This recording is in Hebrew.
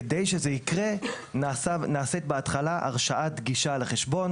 כדי שזה יקרה, נעשית, בהתחלה, הרשאת גישה לחשבון.